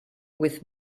with